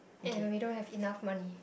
and we don't have enough money